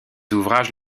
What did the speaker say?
ouvrages